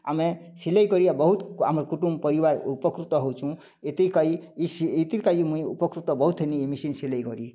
ଆମେ ସିଲେଇ କରି ବହୁତ୍ ଆମର କୁଟୁମ୍ୱ୍ ପରିବାର୍ ଉପକୃତ ହଉଛୁ ଏତିକି କହି ଇସ୍ ଏତିକି କହି ମୁଇଁ ଉପକୃତ ବହୁତ ହେନି ଏଇ ମେସିନ୍ ସିଲେଇ କରି